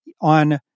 On